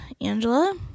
Angela